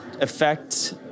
affect